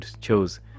chose